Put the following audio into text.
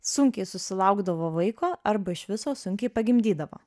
sunkiai susilaukdavo vaiko arba iš viso sunkiai pagimdydavo